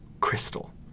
Crystal